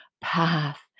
path